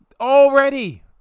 Already